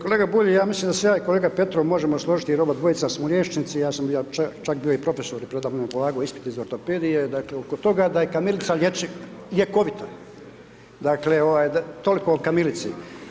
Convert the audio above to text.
Kolega Bulj, ja mislim da se ja i kolega Petrov možemo složit jer oba dvojica smo liječnici, ja sam bio, čak bio i profesor i predamnom je polagao ispit iz ortopedije dakle oko toga da je kamilica lječiva, ljekovita, dakle ovaj toliko o kamilici.